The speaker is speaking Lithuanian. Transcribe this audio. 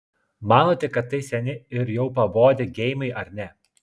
manote kad tai seni ir jau pabodę geimai ar ne